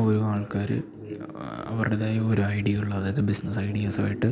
ഓരോ ആൾക്കാർ അവരുടെതായ ഒരു ഐഡിയയൊള്ളത് അതായത് ബിസ്നസ്സൈഡ്യസുവായിട്ട്